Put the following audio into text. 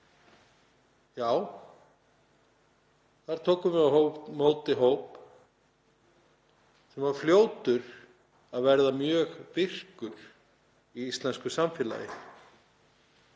Já, þar tókum við á móti hópi sem var fljótur að verða mjög virkur í íslensku samfélagi,